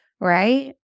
right